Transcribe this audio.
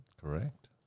Correct